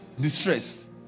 distressed